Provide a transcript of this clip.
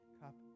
cup